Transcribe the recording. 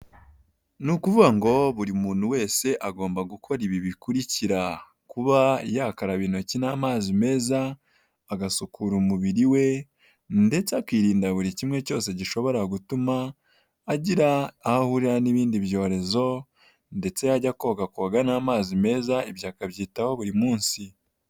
Ni ukuvuga ngo buri muntu wese agomba gukora ibi bikurikira, kuba yakaraba intoki n'amazi meza agasukura umubiri we, ndetse akirinda buri kimwe cyose gishobora gutuma agira aho ahurira n'ibindi byorezo ndetse yajya koga koga n'amazi meza ibyo akabyitaho buri munsi.